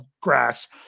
grass